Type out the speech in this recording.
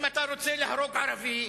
אם אתה רוצה להרוג ערבי,